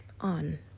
on